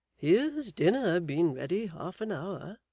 here's dinner been ready, half an hour,